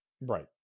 Right